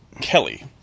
Kelly